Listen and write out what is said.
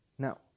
Now